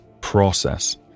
process